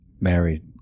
married